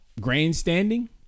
grandstanding